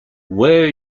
where